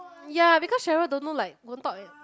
ya because Sheryl don't know like won't talk eh